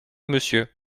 monsieur